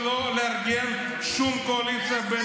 לא להיערך לשום אתגר ביטחוני ולא לארגן שום קואליציה בין-לאומית.